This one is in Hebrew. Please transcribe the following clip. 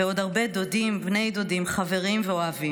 ועוד הרבה דודים, בני דודים, חברים ואוהבים.